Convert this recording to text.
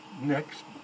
next